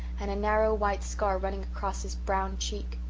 and a narrow white scar running across his brown cheek.